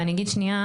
ואני אגיד שנייה.